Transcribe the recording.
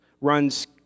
runs